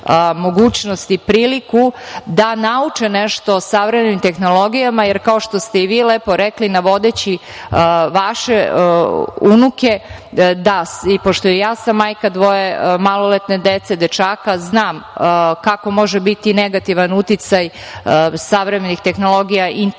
mogućnost i priliku da nauče nešto o savremenim tehnologijama, jer kao što ste i vi lepo rekli, navodeći vaš unuke, da, pošto sam i ja majka dvoje maloletne dece, dečaka, znam kako može biti negativan uticaj savremenih tehnologija, interneta,